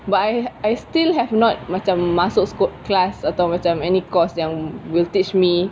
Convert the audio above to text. but I I still have not macam masuk seko~ class atau macam any course yang will teach me